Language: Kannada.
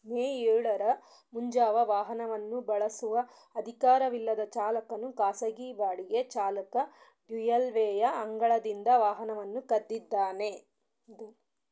ಮೇ ಏಳರ ಮುಂಜಾವು ವಾಹನವನ್ನು ಬಳಸುವ ಅಧಿಕಾರವಿಲ್ಲದ ಚಾಲಕನು ಖಾಸಗಿ ಬಾಡಿಗೆ ಚಾಲಕ ಡ್ಯುಯಲ್ವೇಯ ಅಂಗಳದಿಂದ ವಾಹನವನ್ನು ಕದ್ದಿದ್ದಾನೆ ದು